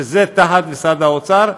שזה תחת משרד האוצר.